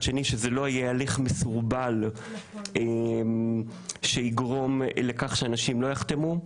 שני שזה לא יהיה הליך מסורבל שיגרום לכך שאנשים לא יחתמו.